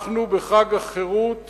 בחג החירות